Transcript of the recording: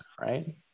right